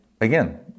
again